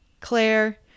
Claire